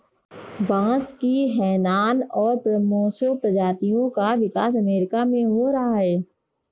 बांस की हैनान और मोसो प्रजातियों का विकास अमेरिका में हो रहा है